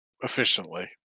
efficiently